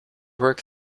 work